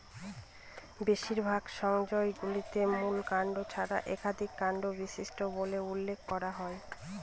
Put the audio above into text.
বেশিরভাগ সংজ্ঞায় গুল্মকে মূল কাণ্ড ছাড়া একাধিক কাণ্ড বিশিষ্ট বলে উল্লেখ করা হয়